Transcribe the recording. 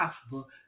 possible